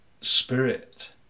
spirit